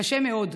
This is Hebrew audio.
קשה מאוד,